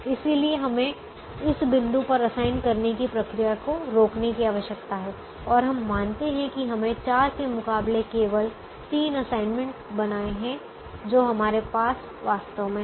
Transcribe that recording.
इसलिए हमें इस बिंदु पर असाइन करने की प्रक्रिया को रोकने की आवश्यकता है और हम मानते हैं कि हमने 4 के मुकाबले केवल 3 असाइनमेंट बनाए हैं जो हमारे पास वास्तव में हैं